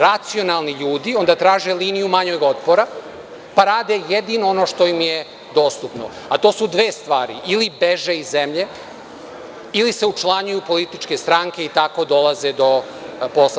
Racionalni ljudi, onda traže liniju manjeg otpora, pa rade jedino ono što im je dostupno, a to su dve stvari ili beže iz zemlje ili se učlanjuju u političke stranke i tako dolaze do posla.